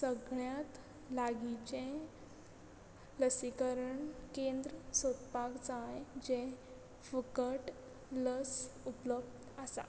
सगळ्यांत लागींचें लसीकरण केंद्र सोदपाक जाय जें फुकट लस उपलब्ध आसा